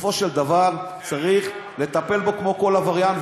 בסופו של דבר צריך לטפל בו כמו בכל עבריין,